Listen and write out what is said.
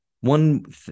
One